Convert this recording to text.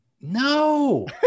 No